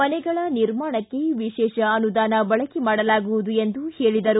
ಮನೆಗಳ ನಿರ್ಮಾಣಕ್ಕೆ ವಿಶೇಷ ಅನುದಾನ ಬಳಕೆ ಮಾಡಲಾಗುವುದು ಎಂದರು